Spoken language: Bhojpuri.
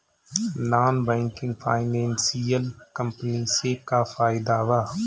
नॉन बैंकिंग फाइनेंशियल कम्पनी से का फायदा बा?